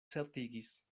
certigis